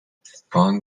strong